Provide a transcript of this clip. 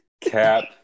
Cap